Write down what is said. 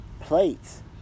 plates